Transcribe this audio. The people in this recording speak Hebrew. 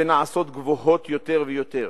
ונעשות גבוהות יותר ויותר.